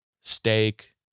Steak